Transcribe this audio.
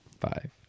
Five